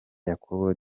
yakobo